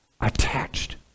attached